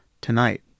tonight